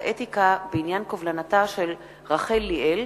ובעניין קובלנתה של רחל ליאל,